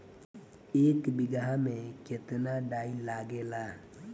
एक बिगहा में केतना डाई लागेला?